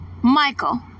Michael